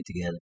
together